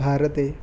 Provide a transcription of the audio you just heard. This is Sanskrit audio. भारते